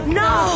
no